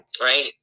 Right